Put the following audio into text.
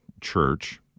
church